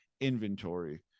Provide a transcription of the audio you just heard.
inventory